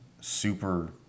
super